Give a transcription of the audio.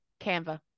Canva